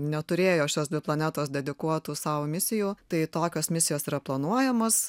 neturėjo šios dvi planetos dedikuotų sau misijų tai tokios misijos yra planuojamos